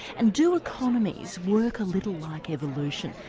and do economies work a little like evolution,